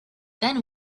then